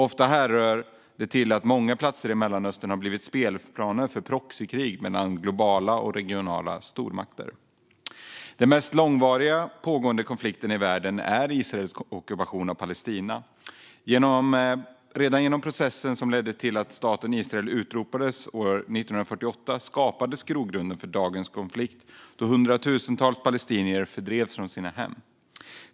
Ofta härrör det till att många platser i Mellanöstern har blivit spelplaner för proxykrig mellan globala och regionala stormakter. Den mest långvariga pågående konflikten i världen är Israels ockupation av Palestina. Redan genom processen som ledde till att staten Israel utropades år 1948 skapades grogrunden för dagens konflikt då hundratusentals palestinier fördrevs från sina hem.